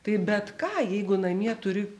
tai bet ką jeigu namie turi